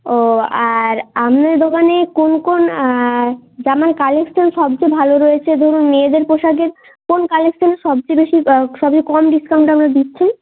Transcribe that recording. ও আর আপনাদের দোকানে কোন কোন জামার কালেকশান সবচেয়ে ভালো রয়েছে ধরুন মেয়েদের পোশাকের কোন কালেকশান সবযেয়ে বেশি সবচেয়ে কম ডিসকাউন্টে আপনারা দিচ্ছেন